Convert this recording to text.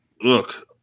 look